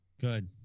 good